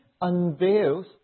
unveils